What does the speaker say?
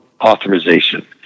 authorization